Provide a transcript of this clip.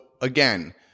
again